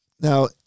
Now